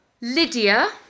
Lydia